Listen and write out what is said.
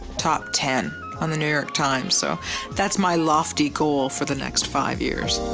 top ten on the new york times, so that's my lofty goal for the next five years.